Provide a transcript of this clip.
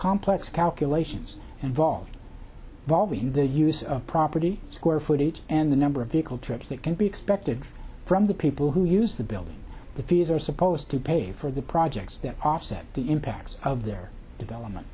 complex calculations and volved valving the use of property square footage and the number of vehicle trips that can be expected from the people who use the building the fees are supposed to pay for the projects that offset the impacts of their development